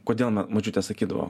kodėl na močiutė sakydavo